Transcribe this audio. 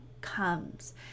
comes